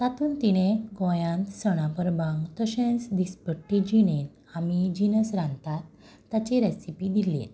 तातून तिणें गोंयांत सणां परबांक तशेंच दिसपट्टे जिणेंत आमी जिनस रांदतात ताची रॅसिपी दिल्येत